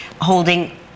holding